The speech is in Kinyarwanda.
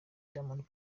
diamond